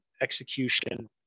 execution